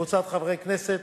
וקבוצת חברי הכנסת,